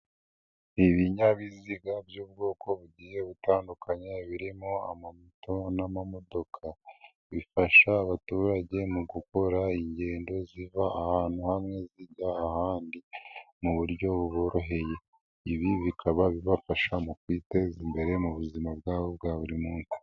Ibinyabiziga by'ubwoko bugiye butandukanye birimo amamoto n'amamodoka, bifasha abaturage mu gukora ingendo ziva ahantu hamwe zijya ahandi mu buryo buboroheye. Ibi bikaba bibafasha mu kwiteza imbere mu buzima bwabo bwa buri munsi.